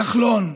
כחלון: